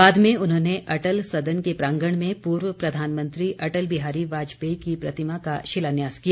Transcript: बाद में उन्होंने अटल सदन के प्रांगण में पूर्व प्रधानमंत्री अटल बिहारी वाजपेयी की प्रतिमा का शिलान्यास किया